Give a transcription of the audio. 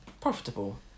profitable